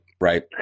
right